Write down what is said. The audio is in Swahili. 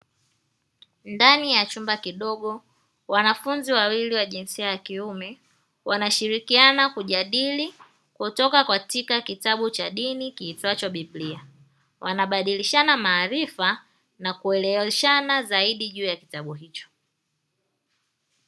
Ndani ya chumba kidogo, wanafunzi wawili wa jinsia ya kiume wanashirikiana kujadili kutoka katika kitabu cha dini kiitwacho Biblia. Wanabadilishana maarifa na kueleweshana zaidi juu ya kitabu hicho.